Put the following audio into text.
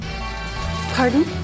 Pardon